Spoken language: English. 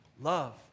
love